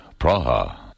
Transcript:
Praha